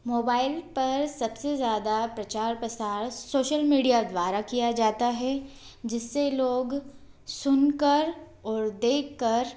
mobile पर सब से ज़्यादा प्रचार प्रसार सोशल मीडिया द्वारा किया जाता है जिसे लोग सुन कर और देख कर